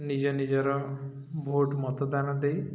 ନିଜ ନିଜର ଭୋଟ ମତଦାନ ଦେଇ